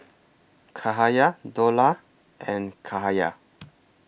Cahaya Dollah and Cahaya